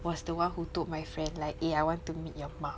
was the one who told my friend like eh I want to meet your mak